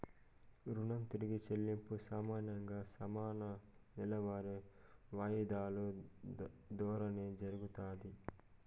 రుణం తిరిగి చెల్లింపు సామాన్యంగా సమాన నెలవారీ వాయిదాలు దోరానే జరగతాది